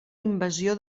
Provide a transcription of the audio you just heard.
invasió